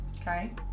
Okay